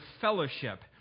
fellowship